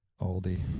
Oldie